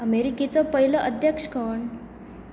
अमेरिकेचो पयलो अध्यक्ष कोण